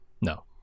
no